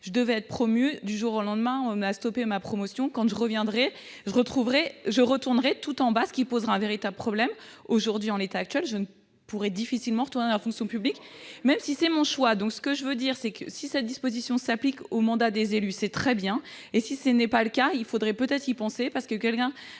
je devais être promue. Du jour au lendemain, on a stoppé ma promotion ; quand je reviendrai, je retournerai tout en bas, ce qui posera un véritable problème. Aujourd'hui, en l'état actuel, je pourrais difficilement retourner dans la fonction publique, même si c'était mon choix. Moi aussi ! Si cette disposition s'applique aux mandats des élus, c'est très bien ; si ce n'est pas le cas, il faudrait peut-être y penser. Je ne pense pas que quelqu'un